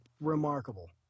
remarkable